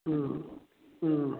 ꯎꯝ ꯎꯝ